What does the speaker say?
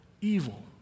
evil